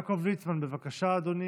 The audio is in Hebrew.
חבר הכנסת יעקב ליצמן, בבקשה, אדוני.